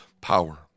power